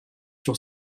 sur